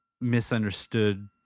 misunderstood